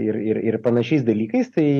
ir ir ir panašiais dalykais tai